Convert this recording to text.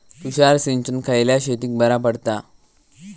तुषार सिंचन खयल्या शेतीक बरा पडता?